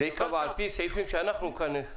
זה ייקבע על פי סעיפים שאנחנו כאן אישרנו.